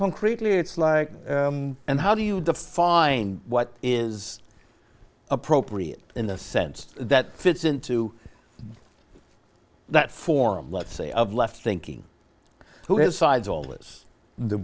concretely it's like and how do you define what is appropriate in the sense that fits into that form let's say of left thinking who